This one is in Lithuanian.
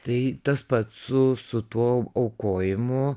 tai tas pats su su tuo aukojimu